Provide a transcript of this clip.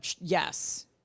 Yes